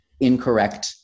incorrect